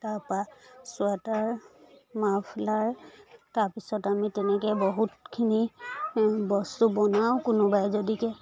তাপা ছুৱেটাৰ মাফলাৰ তাৰপিছত আমি তেনেকৈ বহুতখিনি বস্তু বনাওঁ কোনোবাই যদি কিয়